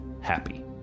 happy